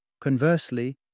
Conversely